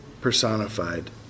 personified